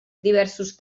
diversos